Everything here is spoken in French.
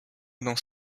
dans